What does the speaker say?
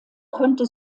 konnte